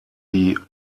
die